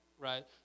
right